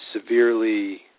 severely